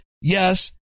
yes